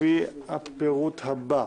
לפי הפירוט הבא: